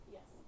Yes